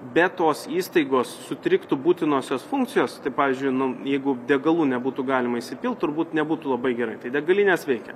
be tos įstaigos sutriktų būtinosios funkcijos tai pavyzdžiui nu jeigu degalų nebūtų galima įsipilt turbūt nebūtų labai gerai tai degalinės veikia